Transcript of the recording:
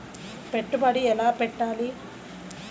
పెట్టుబడి ఎలా పెట్టాలి?